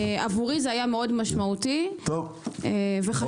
עבורי זה היה מאוד משמעותי וחשוב.